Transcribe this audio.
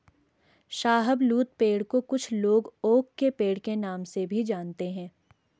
शाहबलूत पेड़ को कुछ लोग ओक के पेड़ के नाम से भी जानते है